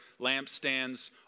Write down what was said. lampstands